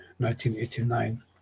1989